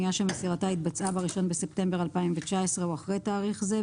אנייה שמסירתה התבצעה ב-1 בספטמבר 2019 או אחרי תאריך זה,